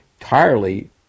Entirely